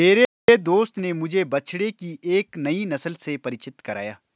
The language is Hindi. मेरे दोस्त ने मुझे बछड़े की एक नई नस्ल से परिचित कराया